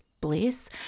bliss